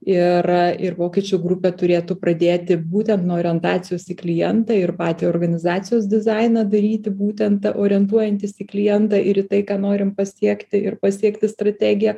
ir ir pokyčių grupė turėtų pradėti būtent nuo orientacijos į klientą ir patį organizacijos dizainą daryti būtent orientuojantis į klientą ir į tai ką norim pasiekti ir pasiekti strategiją